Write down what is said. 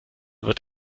wird